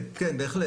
כן, בהחלט.